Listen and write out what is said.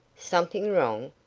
something wrong?